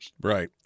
Right